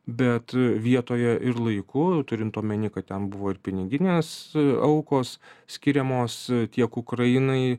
bet vietoje ir laiku turint omeny kad ten buvo ir piniginės aukos skiriamos tiek ukrainai